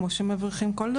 כמו שמבריחים כל דבר.